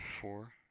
four